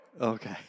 Okay